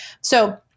So-